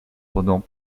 pendant